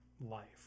life